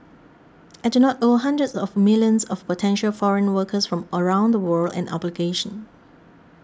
I do not owe hundreds of millions of potential foreign workers from around the world an obligation